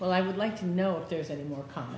well i would like to know if there's any more